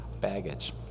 baggage